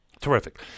Terrific